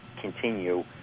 continue